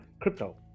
crypto